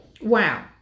Wow